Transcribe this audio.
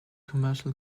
commercial